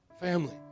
family